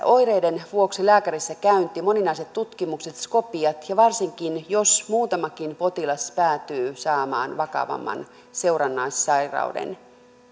oireiden vuoksi lisääntyvät lääkärissäkäynnit moninaiset tutkimukset skopiat ja varsinkin jos muutamakin potilas päätyy saamaan vakavamman seurannaissairauden